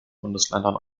bundesländern